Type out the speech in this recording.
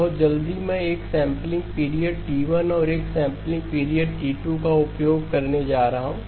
बहुत जल्दी मैं एक सैंपलिंग पीरियड T1 और एक सैंपलिंग पीरियड T2 का उपयोग करने जा रहा हूं